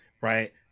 Right